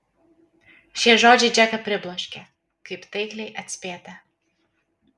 šie žodžiai džeką pribloškė kaip taikliai atspėta